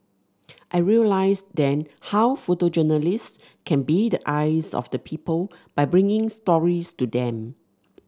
I realised then how photojournalists can be the eyes of the people by bringing stories to them